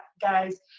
guys